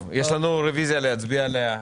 יש לנו רוויזיה להצביע עליה.